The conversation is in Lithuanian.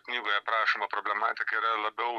knygoje aprašoma problematika yra labiau